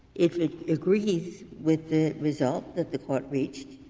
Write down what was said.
if it agrees with the result that the court reached,